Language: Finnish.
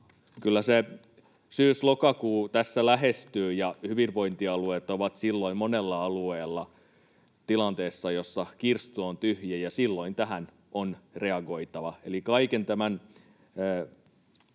Kyllä se syys—lokakuu tässä lähestyy, ja hyvinvointialueet ovat silloin monella alueella tilanteessa, jossa kirstu on tyhjä, ja silloin tähän on reagoitava.